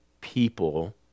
people